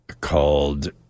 called